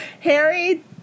Harry